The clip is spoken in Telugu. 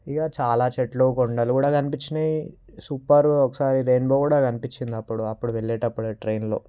ఇక చాలా చెట్లు కొండలు కూడా కనిపించాయి సూపర్ ఒకసారి రెయిన్బో కూడా కనిపించింది అప్పుడు అప్పుడు వెళ్ళేటప్పుడే ట్రైన్లో